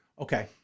Okay